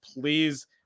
Please